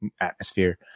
atmosphere